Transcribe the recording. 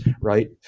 right